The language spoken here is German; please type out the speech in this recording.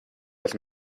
das